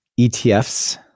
ETFs